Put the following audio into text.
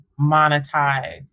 monetize